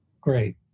Great